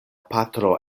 patro